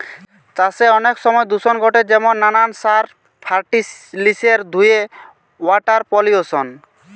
চাষে অনেক সময় দূষণ ঘটে যেমন নানান সার, ফার্টিলিসের ধুয়ে ওয়াটার পলিউশন